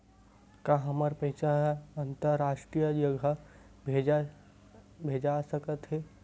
का हमर पईसा अंतरराष्ट्रीय जगह भेजा सकत हे?